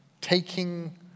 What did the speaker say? taking